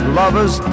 lovers